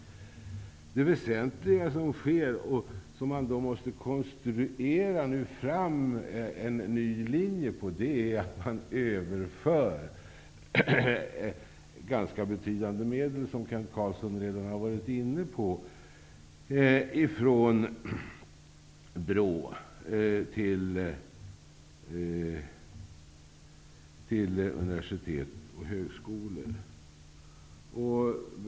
Det väsentliga som sker -- och som man nu måste konstruera fram en ny linje på -- är att man överför ganska betydande medel, vilket Kent Carlsson redan har varit inne på, från BRÅ till universitet och högskolor.